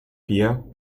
pierre